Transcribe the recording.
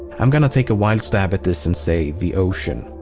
i'm gonna take a wild stab at this and say the ocean.